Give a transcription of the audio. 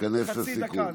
תתכנס לסיכום.